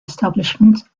establishment